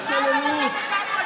קריאה ראשונה.